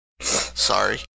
Sorry